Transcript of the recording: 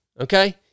okay